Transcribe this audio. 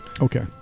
Okay